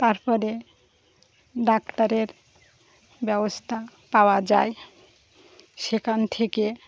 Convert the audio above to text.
তারপরে ডাক্তারের ব্যবস্থা পাওয়া যায় সেখান থেকে